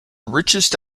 richest